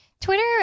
Twitter